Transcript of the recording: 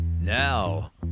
Now